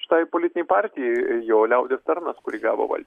šitai politinei partijai jo liaudies tarnas kuri gavo valdžią